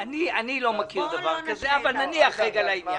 טוב, אני לא מכיר דבר כזה, אבל נניח רגע לעניין.